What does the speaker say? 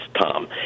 Tom